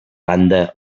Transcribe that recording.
randa